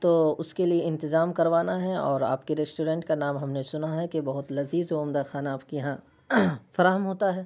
تو اس کے لیے انتظام کروانا ہے اور آپ کے ریسٹورینٹ کا نام ہم نے سنا ہے کہ بہت لذیذ اور عمدہ کھانا آپ کے یہاں فراہم ہوتا ہے